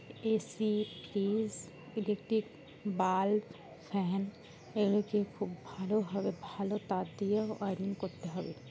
AC fridge electric bulb fan এগুলোকে খুব ভালোভাবে ভালো তার দিয়েও ওয়ারিং করতে হবে